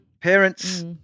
Parents